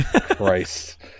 Christ